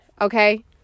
okay